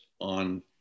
on